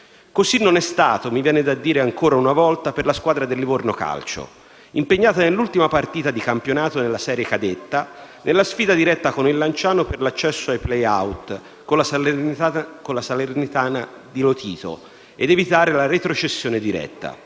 Così non è stato - mi viene da dire ancora una volta - per la squadra del Livorno Calcio, impegnata nell'ultima partita di campionato nella serie cadetta, nella sfida diretta con il Lanciano per l'accesso ai *play out* con la Salernitana di Lotito ed evitare la retrocessione diretta.